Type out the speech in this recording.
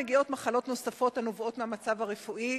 מגיעות מחלות נוספות הנובעות מהמצב הרפואי,